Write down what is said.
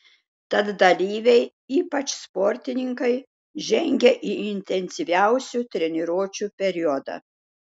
tad dalyviai ypač sportininkai žengia į intensyviausių treniruočių periodą